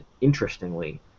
interestingly